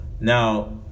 Now